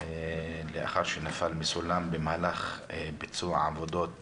לאחר שנפל מסולם במהלך ביצוע עבודות